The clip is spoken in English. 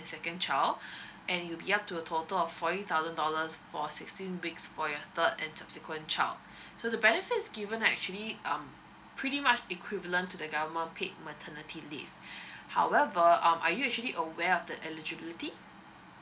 and second child and it will be up to a total of forty thousand dollars for sixteen weeks for your third and subsequent child so the benefits given actually um pretty much equivalent to the government paid maternity leave however um are you actually aware of the eligibility